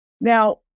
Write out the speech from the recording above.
Now